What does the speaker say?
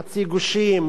חצי גושים,